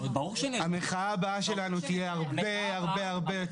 המחאה הבאה שלנו תהיה הרבה הרבה יותר